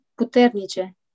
puternice